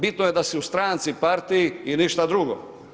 Bitno je da si u stranci, partiji i ništa drugo.